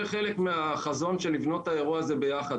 חלק מהחזון של לבנות את האירוע הזה ביחד.